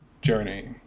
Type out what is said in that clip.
Journey